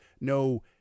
no